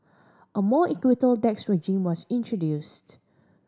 a more equitable tax regime was introduced